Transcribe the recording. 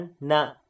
na